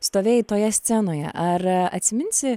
stovėjai toje scenoje ar atsiminsi